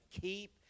Keep